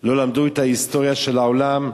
לא למדו את ההיסטוריה של העולם,